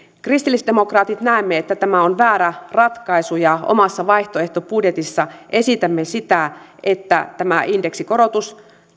kristillisdemokraatit näemme että tämä on väärä ratkaisu ja omassa vaihtoehtobudjetissamme esitämme sitä että indeksikorotus